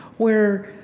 where,